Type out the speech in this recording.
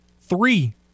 Three